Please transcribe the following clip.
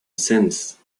since